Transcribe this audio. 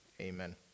Amen